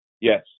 Yes